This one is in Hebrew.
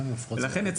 לכן,